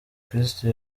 kristo